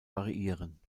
variieren